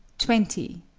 twenty.